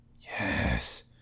Yes